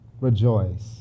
rejoice